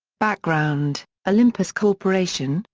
background olympus corporation,